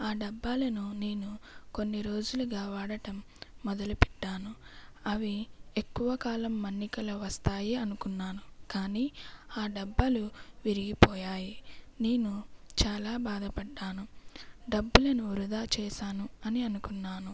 ఆ డబ్బాలను నేను కొన్ని రోజులుగా వాడటం మొదలు పెట్టాను అవి ఎక్కువ కాలం మన్నికలొ వస్తాయి అనుకున్నాను కానీ ఆ డబ్బాలు విరిగిపోయాయి నేను చాలా బాధపడ్డాను డబ్బులను వృధా చేసాను అని అనుకున్నాను